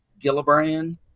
Gillibrand